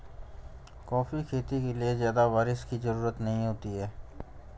coffee खेती के लिए ज्यादा बाऱिश की जरूरत नहीं होती है